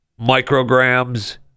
micrograms